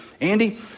Andy